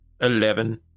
Eleven